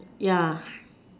yeah